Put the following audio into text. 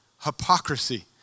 hypocrisy